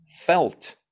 felt